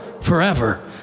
forever